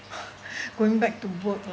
going back to work